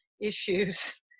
issues